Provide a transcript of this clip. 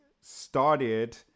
started